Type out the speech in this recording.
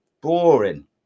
Boring